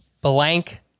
blank